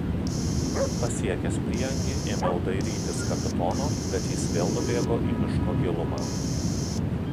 pasiekęs prieangį ėmiau dairytis kapitono bet jis vėl nubėgo į miško gilumą